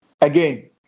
Again